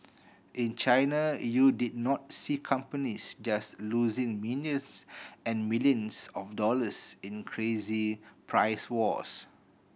in China you did not see companies just losing millions and millions of dollars in crazy price wars